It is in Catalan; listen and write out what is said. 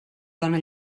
dona